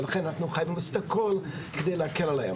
ולכן אנחנו חייבים לעשות הכל על מנת להקל עליהם.